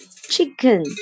chicken